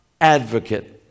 advocate